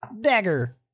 Dagger